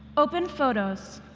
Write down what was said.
open photos.